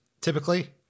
typically